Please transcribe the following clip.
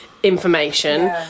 information